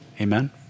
amen